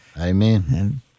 Amen